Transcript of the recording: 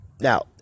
now